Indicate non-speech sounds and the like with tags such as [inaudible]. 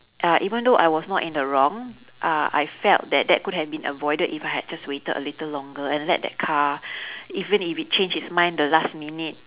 ya even though I was not in the wrong uh I felt that that could had been avoided if I had just waited a little longer and let that car [breath] even if it changed its mind the last minute